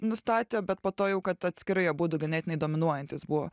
nustatė bet po to jau kad atskirai abudu ganėtinai dominuojantys buvo